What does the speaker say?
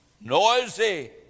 noisy